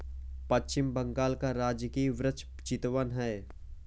पश्चिम बंगाल का राजकीय वृक्ष चितवन है